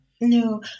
No